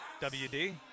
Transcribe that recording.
WD